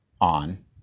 on